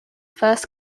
first